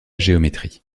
géométrie